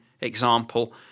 example